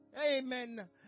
amen